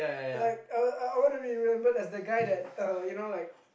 like I will I I wanna be remembered as the guy that you know like